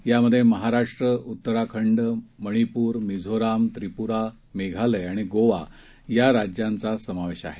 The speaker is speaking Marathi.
यात महाराष्ट्र उत्तराखंड मणिपूर मिझोराम त्रिपूरा मेघालय आणि गोवा या राज्यांचा समावेश आहे